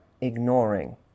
ignoring